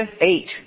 eight